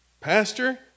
Pastor